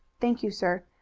thank you, sir.